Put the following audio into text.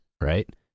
right